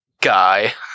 guy